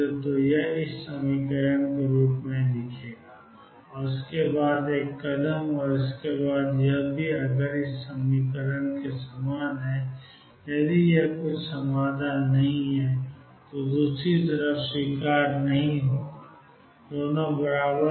तो मैंने rightnewxrightxleftx0rightx0 बनाया है और उसके बाद यह एक कदम है और इसके बाद यह सी अगर leftx0 के समान है यदि यह समाधान नहीं है तो दूसरी तरफ स्वीकार्य नहीं है